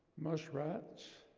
muskrats,